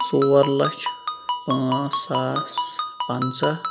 ژور لَچھ پانٛژھ ساس پنٛژاہ